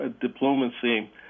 diplomacy